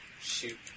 shoot